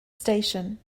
station